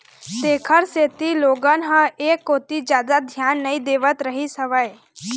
तेखर सेती लोगन ह ऐ कोती जादा धियान नइ देवत रहिस हवय